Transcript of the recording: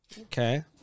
Okay